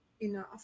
enough